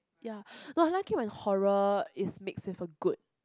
ya no I like it when horror is mixed with a good